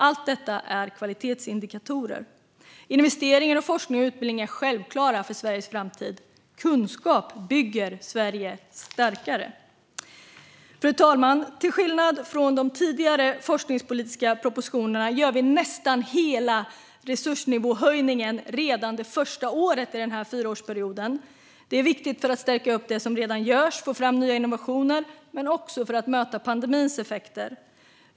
Allt detta är kvalitetsindikatorer. Investeringar i forskning och utbildning är självklara för Sveriges framtid. Kunskap bygger Sverige starkare. Fru talman! Till skillnad från i de tidigare forskningspolitiska propositionerna gör vi nu nästan hela nivåhöjningen redan det första året i fyraårsperioden. Det är viktigt för att stärka upp det som redan görs och för att få fram nya innovationer men också för att möta pandemins effekter.